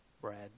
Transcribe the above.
Brad